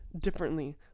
differently